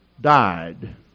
died